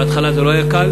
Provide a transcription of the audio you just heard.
בהתחלה זה לא היה קל.